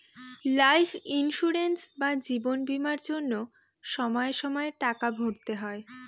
life insurance বা জীবন বীমার জন্য সময়ে সময়ে টাকা ভরতে হয়